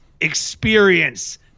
experience